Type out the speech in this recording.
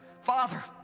Father